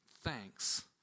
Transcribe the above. thanks